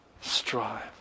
strive